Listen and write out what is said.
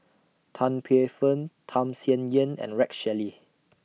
Tan Paey Fern Tham Sien Yen and Rex Shelley